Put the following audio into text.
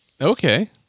Okay